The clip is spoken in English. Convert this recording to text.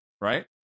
right